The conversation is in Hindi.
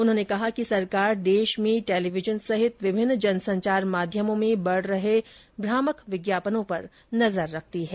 उन्होंने कहा कि सरकार देश में टेलीविजन सहित विभिन्न जन संचार माध्यमों में बढ़ रहे भ्रामक विज्ञापनों पर नजर रखती है